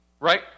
Right